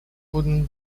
wooden